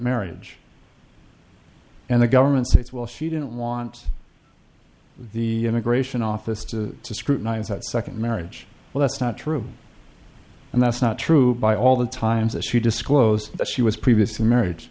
marriage and the government states well she didn't want the gratian office to scrutinize that second marriage well that's not true and that's not true by all the times that she disclosed that she was previous marriage